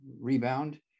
Rebound